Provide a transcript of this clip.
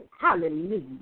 Hallelujah